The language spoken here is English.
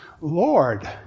Lord